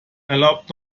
erlaubt